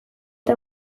eta